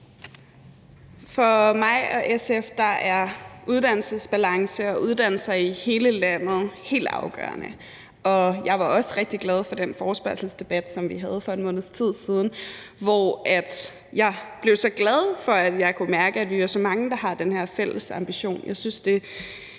For mig og SF er uddannelsesbalance og adgang til uddannelse i hele landet helt afgørende, og jeg var også rigtig glad for den forespørgselsdebat, som vi havde for en måneds tid siden – jeg blev så glad, fordi jeg kunne mærke, at vi er så mange, der har den her fælles ambition.